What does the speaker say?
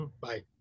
bye